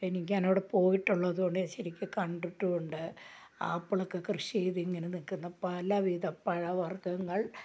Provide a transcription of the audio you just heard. എനിക്ക് ഞാൻ അവിടെ പോയിട്ടുള്ളതു കൊണ്ട് ശരിക്ക് കണ്ടിട്ടുമുണ്ട് ആപ്പിളൊക്കെ കൃഷി ചെയ്ത് ഇങ്ങനെ നിൽക്കുന്ന പലവിധ പഴ വർഗങ്ങൾ